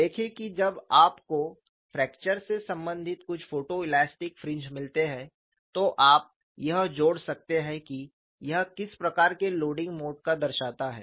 देखें कि जब आपको फ्रैक्चर से संबंधित कुछ फोटोइलास्टिक फ्रिंज मिलते हैं तो आप यह जोड़ सकते हैं कि यह किस प्रकार के लोडिंग मोड का दर्शाता है